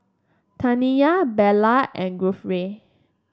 Taniya Bella and Guthrie